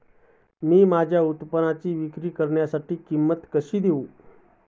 मी माझ्या उत्पादनाची विक्री करण्यासाठी किंमत कशी देऊ?